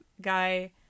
guy